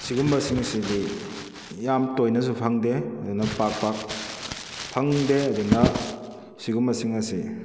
ꯁꯤꯒꯨꯝꯕꯁꯤꯡꯁꯤꯗꯤ ꯌꯥꯝ ꯇꯣꯏꯅꯁꯨ ꯐꯪꯗꯦ ꯑꯗꯨꯅ ꯄꯥꯛ ꯄꯥꯛ ꯐꯪꯗꯦ ꯑꯗꯨꯅ ꯁꯤꯒꯨꯝꯕꯁꯤꯡ ꯑꯁꯤ